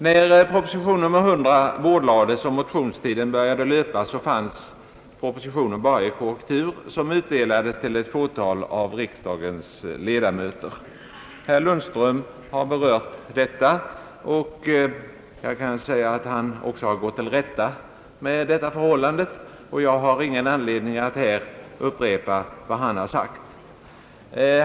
När propositionen nr 100 bordlades och motionstiden började löpa, förelåg propositionen bara i korrektur som utdelades till ett fåtal av riksdagens 1edamöter. Herr Lundström har berört detta, och han också har gått till rätta därmed. Jag har ingen anledning att här upprepa vad han har sagt.